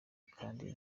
kandi